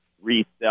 resell